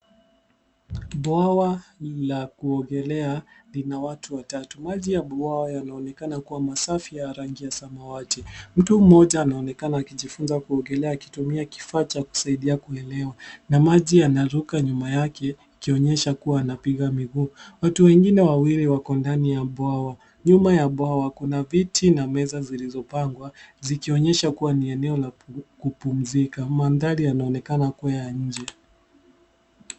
Bwawa la kuogelea lina watu watatu. Maji ya bwawa yanaonekana kuwa masafi ya rangi ya samawati. Mtu mmoja anaonekana akijifunza kuogelea akitumia kifaa cha kusaidia kuelea. Na maji yanaruka nyuma yake, ikionyesha kuwa anapiga miguu. Watu wengine wawili wako ndani ya bwawa. Nyuma ya bwawa kuna viti na meza zilizopangwa zikionyesha kuwa ni eneo la kupumzika. Mandhari yanaonekana kuwa nje.